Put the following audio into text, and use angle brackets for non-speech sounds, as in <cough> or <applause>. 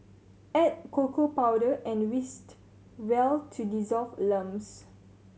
add cocoa powder and <unintelligible> well to dissolve lumps